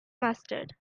mustard